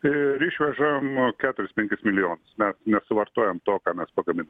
ir išvežam keturis penkis milijonus mes nesuvartojam to ką mes pagaminam